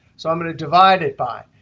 so i'm going to divide it by.